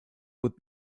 with